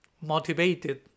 motivated